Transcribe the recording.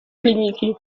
kliniki